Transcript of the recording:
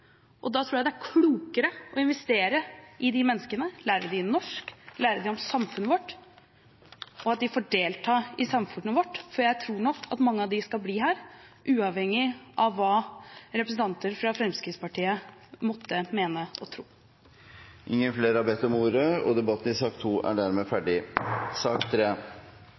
Da tror jeg det er klokere å investere i disse menneskene, lære dem norsk og om samfunnet vårt, og at de får delta i samfunnet vårt, for jeg tror nok at mange av dem kommer til å bli her, uavhengig av hva representanter fra Fremskrittspartiet måtte mene og tro. Flere har ikke bedt om ordet